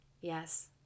Yes